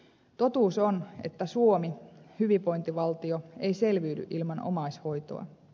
totuus on että suomi hyvinvointivaltio ei selviydy ilman omaishoitoa